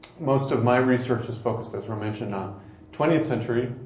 most of my research is focused, as roe mentioned, on twentieth century,